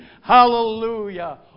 Hallelujah